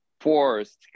forced